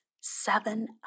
seven